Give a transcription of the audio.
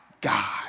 God